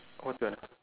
what the